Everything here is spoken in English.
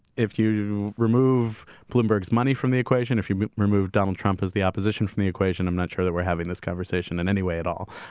if you remove bloomberg's money from the equation, if you removed donald trump as the opposition from the equation, i'm not sure that we're having this conversation in any way at all.